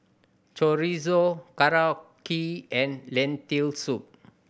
Chorizo Korokke and Lentil Soup